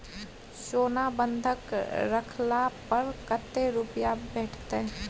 सोना बंधक रखला पर कत्ते रुपिया भेटतै?